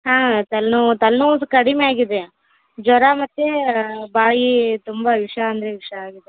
ಹಾಂ ತಲೆನೋವು ತಲೆನೋವು ಸು ಕಡಿಮೆ ಆಗಿದೆ ಜ್ವರ ಮತ್ತು ಬಾಯಿ ತುಂಬ ವಿಷ ಅಂದರೆ ವಿಷಾ ಆಗಿದೆ